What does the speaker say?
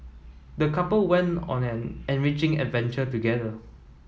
the couple went on an enriching adventure together